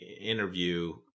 interview